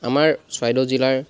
আমাৰ চৰাইদেউ জিলাৰ